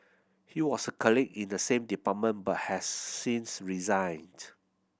he was a colleague in the same department but has since resigned